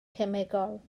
cemegol